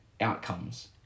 outcomes